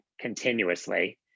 continuously